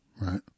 right